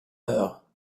heure